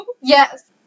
Yes